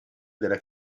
della